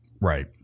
Right